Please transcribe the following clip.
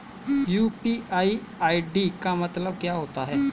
UPI ID का मतलब क्या होता है?